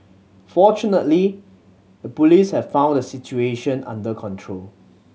fortunately the Police have brought the situation under control